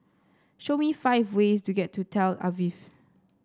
show me five ways to get to Tel Aviv